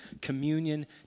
communion